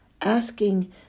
asking